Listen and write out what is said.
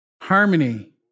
Harmony